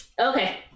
okay